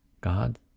God